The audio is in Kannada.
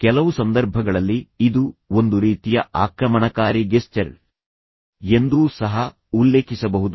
ಕೆಲವು ಸಂದರ್ಭಗಳಲ್ಲಿ ಇದು ಒಂದು ರೀತಿಯ ಆಕ್ರಮಣಕಾರಿ ಗೆಸ್ಚರ್ ಎಂದು ಸಹ ಉಲ್ಲೇಖಿಸಬಹುದು